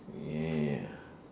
yeah